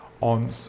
on